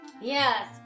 Yes